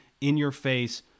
in-your-face